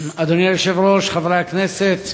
אדוני היושב-ראש, חברי הכנסת,